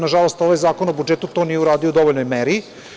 Nažalost, ovaj Zakon o budžetu to nije uradio u dovoljnoj meri.